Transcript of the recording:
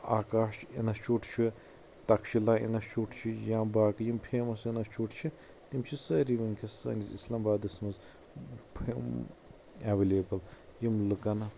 Akash institute چھُ Taxila institute چھُ یا باقٕے یِم فیمس انسچوٗٹ چھِ تِم چھِ سٲری ؤنکیٚس سٲنِس اسلام آبادس منٛز اٮ۪ویلیبٕل یِم لُکن